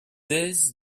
aise